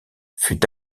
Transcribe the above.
fut